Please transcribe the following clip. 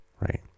right